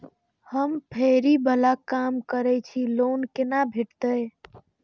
हम फैरी बाला काम करै छी लोन कैना भेटते?